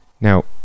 Now